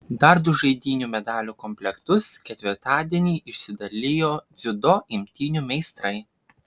dar du žaidynių medalių komplektus ketvirtadienį išsidalijo dziudo imtynių meistrai